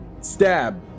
stab